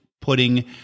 putting